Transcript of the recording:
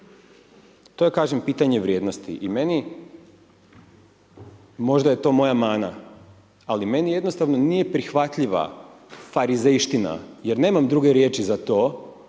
To je kažem, pitanje vrijednosti i meni, možda je to moja mana, ali meni jednostavno nije prihvatljiva farizejština jer nemam druge riječi za to